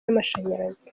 n’amashanyarazi